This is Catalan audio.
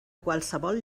qualsevol